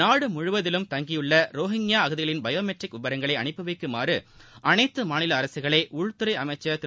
நாடு முழுவதிலும் தங்கியுள்ள ரோஹிங்கயா அகதிகளின் பயோமெட்ரிக் விவரங்களை அனுப்பி வைக்குமாறு அனைத்து மாநில அரசுகளை உள்துறை அமைச்சர் திரு